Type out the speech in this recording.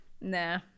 nah